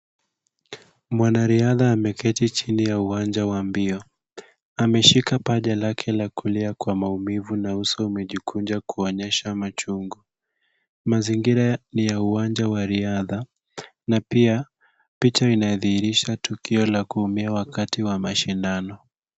Mwanariadha ameketi chini ya uwanja wa mbio, ameshika paja lake la kulia kwa maumivu na uso umejikunja kuonyesha machungu. Mazingira ni ya uwanja wa riadha na pia picha inadhihirisha tukio la kuumia wakati wa mashindano.